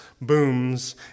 booms